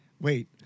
Wait